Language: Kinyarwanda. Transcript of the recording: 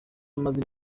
amaze